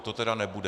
To tedy nebude.